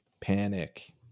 panic